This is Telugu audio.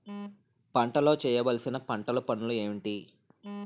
పంటలో చేయవలసిన పంటలు పనులు ఏంటి?